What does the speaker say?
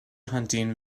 hunting